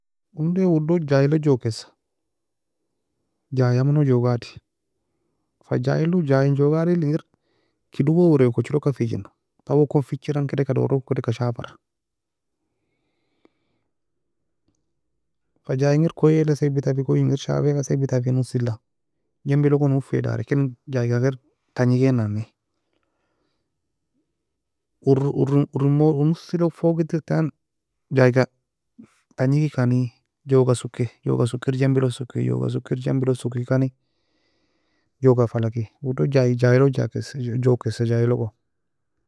Onday udoe jay lo jokesi jay mano jogadi, fa jay lo jay jogadi engir kid owe wer wer kochi ela uka fejena taueo kon fichira kedeka doro kedeka shafra fa jay engir koye ela ثبت fe koye engir shabiela ثبت fe نص la جنب oufe dary ken jay ga tangi kena uru uru uru en نص log fogo edir etan jay ga tangi kena joga suke joga suke جمب suke joga suke جمب suke kane joga fala ke udo jay jay lo jokesi jokesi jay lo go